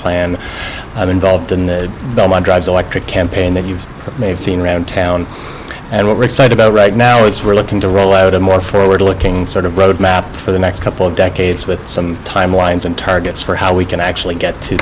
plan i'm involved in the drugs electric campaign that you may have seen around town and what we're excited about right now is we're looking to roll out a more forward looking sort of roadmap for the next couple of decades with some timelines and targets for how we can actually get to